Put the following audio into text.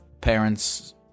parents –